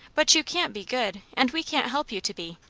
but you can't be good, and we can't help you to be.